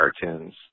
cartoons